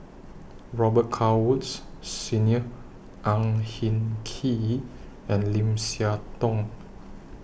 Robet Carr Woods Senior Ang Hin Kee and Lim Siah Tong